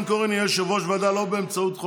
המציעות,